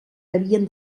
havien